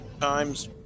Times